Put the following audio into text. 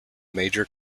major